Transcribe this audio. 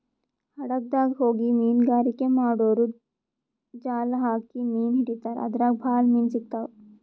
ಹಡಗ್ದಾಗ್ ಹೋಗಿ ಮೀನ್ಗಾರಿಕೆ ಮಾಡೂರು ಜಾಲ್ ಹಾಕಿ ಮೀನ್ ಹಿಡಿತಾರ್ ಅದ್ರಾಗ್ ಭಾಳ್ ಮೀನ್ ಸಿಗ್ತಾವ್